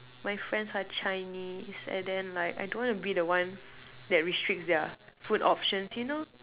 my friends are Chinese and then like I don't want to be the one that restricts their food option you know